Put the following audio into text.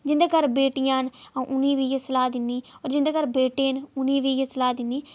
जिं'दे घर बेटियां न अ'ऊं उ'नें ई बी इ'यै सलाह् दिन्नी और जिं'दे घर बेटे न उ'नें ई बी इ'यै सलाह् दिन्नी